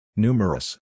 Numerous